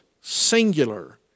singular